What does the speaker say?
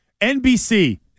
NBC